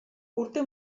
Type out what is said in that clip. urte